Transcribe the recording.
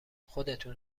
خودتون